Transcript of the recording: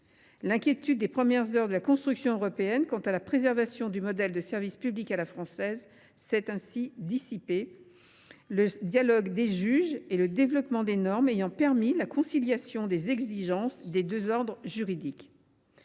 dans les premières heures de la construction européenne quant à la préservation du modèle de service public à la française s’est dissipée, le dialogue des juges et le développement des normes ayant permis la conciliation des exigences des deux ordres juridiques.